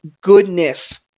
goodness